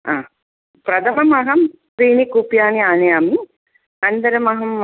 हा प्रदमम् अहं त्रीणि कूप्यानि आनयामि अन्तरमहं